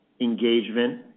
engagement